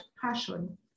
passion